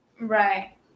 Right